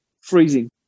freezing